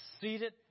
Seated